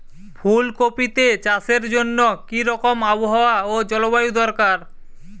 ফুল কপিতে চাষের জন্য কি রকম আবহাওয়া ও জলবায়ু দরকার?